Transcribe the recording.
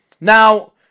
Now